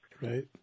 Right